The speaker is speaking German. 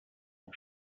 und